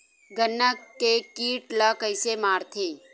गन्ना के कीट ला कइसे मारथे?